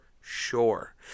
sure